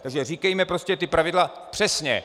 Takže říkejme prostě ta pravidla přesně!